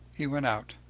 he went out.